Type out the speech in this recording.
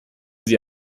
sie